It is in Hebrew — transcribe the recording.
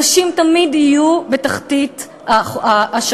נשים תמיד יהיו בתחתית השרשרת.